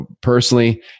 Personally